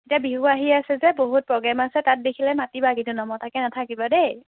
এতিয়া বিহু আহি আছে যে বহুত প্ৰগ্ৰেম আছে তাত দেখিলে মাতিবা কিন্তু নমতাকৈ নেথাকিবা দেই